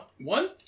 One